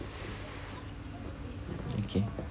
okay